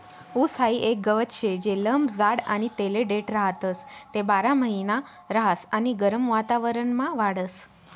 ऊस हाई एक गवत शे जे लंब जाड आणि तेले देठ राहतस, ते बारामहिना रहास आणि गरम वातावरणमा वाढस